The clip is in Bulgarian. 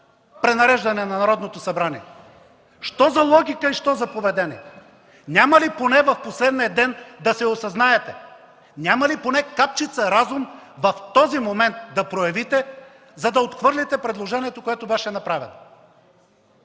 пренареждане на Народното събрание! Що за логика, що за поведение?! Няма ли поне в последния ден да се осъзнаете?! Няма ли поне капчица разум да проявите в този момент, за да отхвърлите предложението, което беше направено?